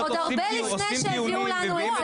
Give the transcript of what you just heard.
עוד הרבה לפני שהביאו לנו את